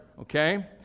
Okay